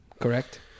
correct